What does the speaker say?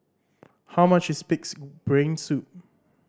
how much is Pig's Brain Soup